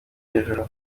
hejuru